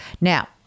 Now